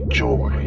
joy